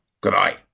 Goodbye